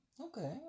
Okay